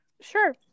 Sure